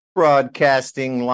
broadcasting